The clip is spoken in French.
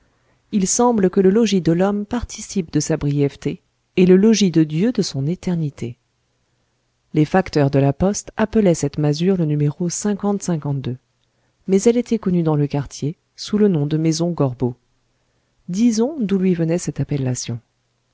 il semble que le logis de l'homme participe de sa brièveté et le logis de dieu de son éternité les facteurs de la poste appelaient cette masure le numéro mais elle était connue dans le quartier sous le nom de maison gorbeau disons d'où lui venait cette appellation